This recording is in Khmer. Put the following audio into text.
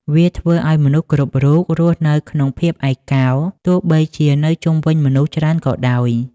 វាធ្វើឱ្យមនុស្សគ្រប់រូបរស់នៅក្នុងភាពឯកោ ទោះបីជានៅជុំវិញមនុស្សច្រើនក៏ដោយ។